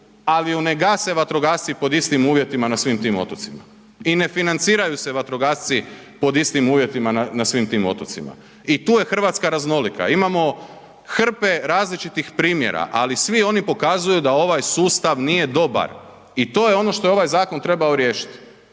ali ju ne gase vatrogasci pod istim uvjetima na svim tim otocima i ne financiraju se vatrogasci pod istim uvjetima na svim tim otocima i tu je RH raznolika, imamo hrpe različitih primjera, ali svi oni pokazuju da ovaj sustav nije dobar i to je ono što je ovaj zakon trebao riješiti,